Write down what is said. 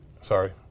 sorry